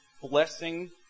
blessing